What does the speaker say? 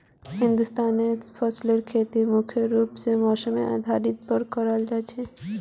हिंदुस्तानत फसलेर खेती मुख्य रूप से मौसमेर आधारेर पर कराल जा छे